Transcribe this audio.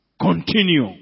continue